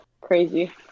Crazy